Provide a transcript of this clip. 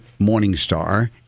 Morningstar